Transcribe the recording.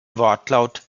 wortlaut